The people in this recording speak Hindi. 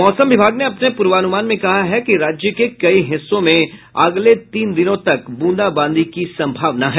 मौसम विभाग ने अपने पूर्वानुमान में कहा है कि राज्य के कई हिस्सों में अगले तीन दिनों तक ब्रंदाब्रंदी की संभावना है